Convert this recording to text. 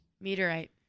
Meteorite